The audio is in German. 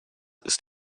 ist